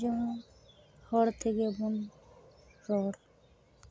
ᱡᱮᱢᱚᱱ ᱦᱚᱲ ᱛᱮᱜᱮ ᱵᱚᱱ ᱨᱚᱲ